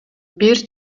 бир